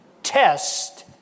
test